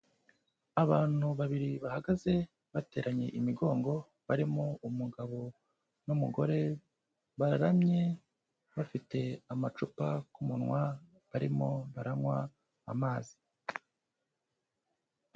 Abantu babiri bahagaze bateranye imigongo, barimo umugabo n'umugore bararamye bafite amacupa ku munwa, barimo baranywa amazi.